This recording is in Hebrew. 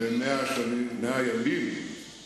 ב-100 הימים, על הבידוד המדיני.